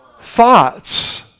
thoughts